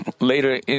later